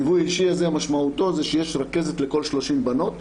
הליווי האישי הזה משמעותו שיש רכזת לכל 30 בנות,